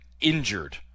injured